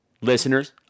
Listeners